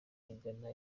igana